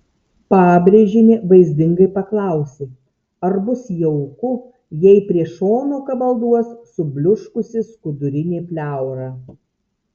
pabrėžienė vaizdingai paklausė ar bus jauku jei prie šono kabalduos subliuškusi skudurinė pleura